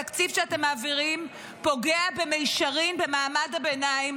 התקציב שאתם מעבירים פוגע במישרין במעמד הביניים,